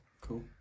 Cool